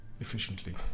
Efficiently